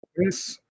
Yes